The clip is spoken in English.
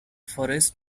forrest